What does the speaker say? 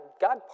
God